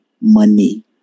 money